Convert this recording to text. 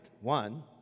One